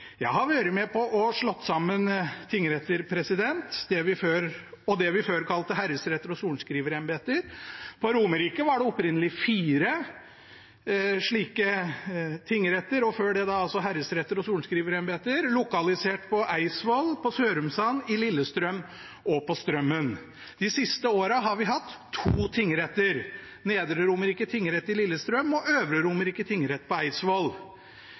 Jeg har vært med på å slå sammen tingretter og det vi før kalte herredsretter og sorenskriverembeter. På Romerike var det opprinnelig fire slike tingretter, før altså herredsretter og sorenskriverembeter, lokalisert på Eidsvoll, på Sørumsand, i Lillestrøm og på Strømmen. De siste årene har vi hatt to tingretter, Nedre Romerike tingrett i Lillestrøm og Øvre Romerike tingrett på Eidsvoll.